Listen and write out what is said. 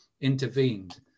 intervened